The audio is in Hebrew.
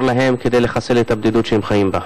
להם כדי לחסל את הבדידות שהם חיים בה.